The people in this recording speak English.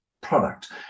product